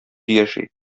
яши